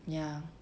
ya